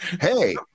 Hey